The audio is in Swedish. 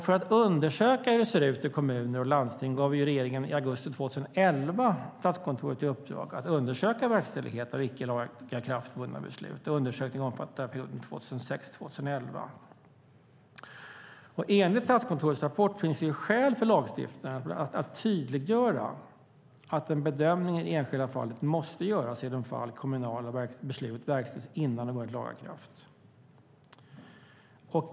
För att få veta hur det ser ut i kommuner och landsting gav regeringen i augusti 2011 Statskontoret i uppdrag att undersöka verkställighet av icke lagakraftvunna beslut. Undersökningen omfattar perioden 2006-2011. Enligt Statskontorets rapport finns det skäl för lagstiftaren att tydliggöra att en bedömning i de enskilda fallen måste göras i de fall kommunala beslut verkställs innan de vunnit laga kraft.